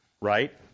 right